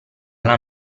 alla